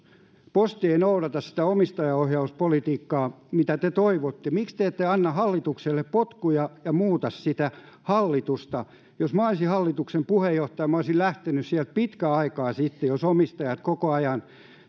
ei noudata sitä omistajaohjauspolitiikkaa mitä te toivotte miksi te ette anna hallitukselle potkuja ja muuta sitä hallitusta jos minä olisin hallituksen puheenjohtaja olisin lähtenyt sieltä pitkän aikaa sitten jos omistajat koko ajan